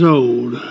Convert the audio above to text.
old